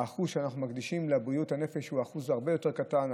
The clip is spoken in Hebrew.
האחוז שאנחנו מקדישים לבריאות הנפש הוא אחוז הרבה יותר קטן.